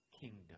kingdom